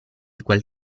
quel